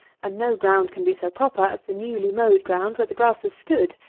and no ground can be so proper as the newly-mowed ground where the grass has stood.